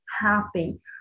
happy